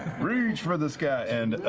reach for the sky! and